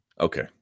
Okay